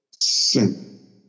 sin